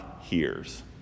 hears